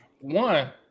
one